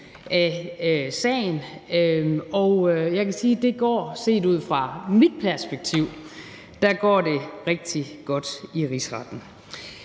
af sagen. Og jeg kan sige, at set ud fra mit perspektiv går det rigtig godt i rigsretten.